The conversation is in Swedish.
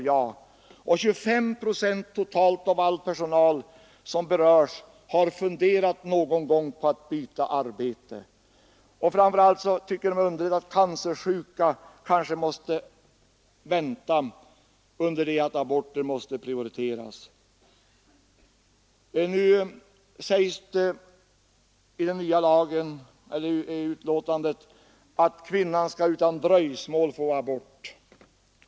Och totalt 25 procent av all personal som berörs har någon gång funderat på att byta arbete. Framför allt tycker man det är underligt att cancersjuka patienter kanske måste vänta under det att aborter prioriteras. Nu sägs det i betänkandet att kvinnan utan dröjsmål skall få abort.